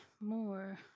more